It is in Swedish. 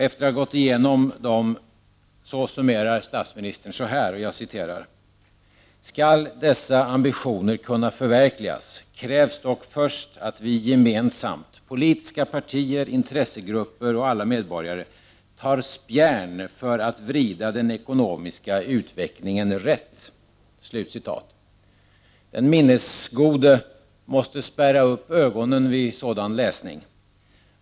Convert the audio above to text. Efter genomgången av dessa problem summerar statsministern sålunda: ”Skall dessa ambitioner kunna förverkligas, krävs dock först att vi gemensamt — politiska partier, intressegrupper och alla medborgare — tar spjärn för att vrida den ekonomiska utvecklingen rätt.” Den minnesgode måste spärra upp ögonen vid sådan läsning.